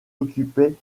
occupait